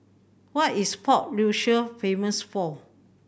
what is Port Louis famous for